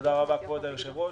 תודה רבה, כבוד היושב-ראש.